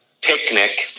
picnic